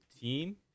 team